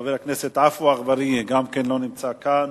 חבר הכנסת עפו אגבאריה, גם הוא לא נמצא כאן.